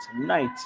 tonight